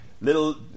Little